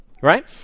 Right